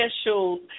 special